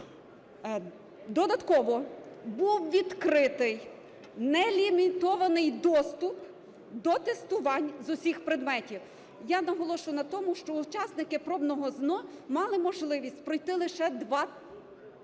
Додатково був відкритий нелімітований доступ до тестувань з усіх предметів. Я наголошу на тому, що учасники пробного ЗНО мали можливість пройти лише два пробних